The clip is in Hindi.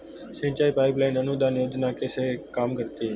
सिंचाई पाइप लाइन अनुदान योजना कैसे काम करती है?